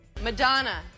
Madonna